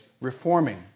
reforming